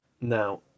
Now